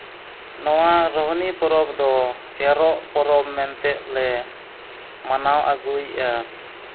ᱱᱚᱣᱟ ᱨᱳᱦᱱᱤ ᱯᱚᱨᱚᱵᱽ ᱫᱚ ᱮᱨᱚᱜ ᱯᱚᱨᱚᱵᱽ ᱢᱮᱱᱛᱮᱫ ᱞᱮ ᱢᱟᱱᱟᱣ ᱟᱹᱜᱩᱭᱮᱫᱼᱟ